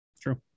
True